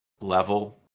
level